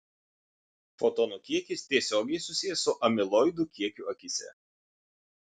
fotonų kiekis tiesiogiai susijęs su amiloidų kiekiu akyse